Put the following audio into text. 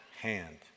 hand